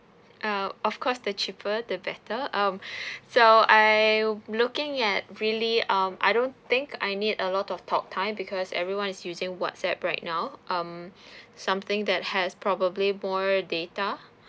uh of course the cheaper the better um so I'm looking at really um I don't think I need a lot of talk time because everyone is using whatsapp right now um something that has probably more data